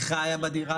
היא חיה בדירה